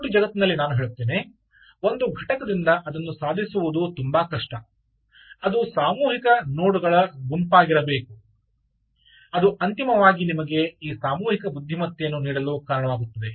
IoT ಜಗತ್ತಿನಲ್ಲಿ ನಾನು ಹೇಳುತ್ತೇನೆ ಒಂದು ಘಟಕದಿಂದ ಅದನ್ನು ಸಾಧಿಸುವುದು ತುಂಬಾ ಕಷ್ಟ ಅದು ಸಾಮೂಹಿಕ ನೋಡ್ಗಳ ಗುಂಪಾಗಿರಬೇಕು ಅದು ಅಂತಿಮವಾಗಿ ನಿಮಗೆ ಈ ಸಾಮೂಹಿಕ ಬುದ್ಧಿಮತ್ತೆಯನ್ನು ನೀಡಲು ಕಾರಣವಾಗುತ್ತದೆ